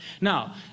now